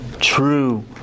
true